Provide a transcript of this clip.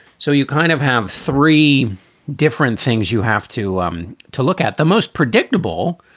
so you kind of have three different things you have to um to look at the most predictable.